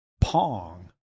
Pong